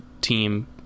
team